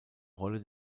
rolle